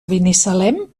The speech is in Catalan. binissalem